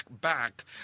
back